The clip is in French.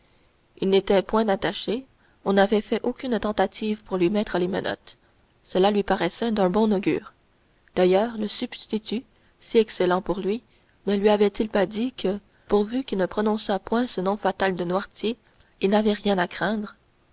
il n'était point attaché on n'avait fait aucune tentative pour lui mettre les menottes cela lui paraissait d'un bon augure d'ailleurs le substitut si excellent pour lui ne lui avait-il pas dit que pourvu qu'il ne prononçât point ce nom fatal de noirtier il n'avait rien à craindre